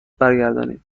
برگردانید